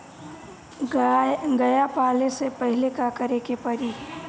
गया पाले से पहिले का करे के पारी?